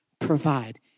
provide